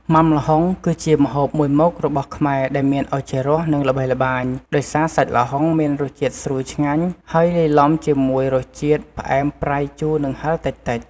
មុាំល្ហុង គឺជាម្ហូបមួយមុខរបស់ខ្មែរដែលមានឱជារស និងល្បីល្បាញ ដោយសារសាច់ល្ហុងមានរសជាតិស្រួយឆ្ងាញ់ ហើយលាយលំជាមួយរសជាតិ ផ្អែម ប្រៃ ជូរ និងហឹរតិចៗ។